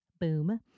boom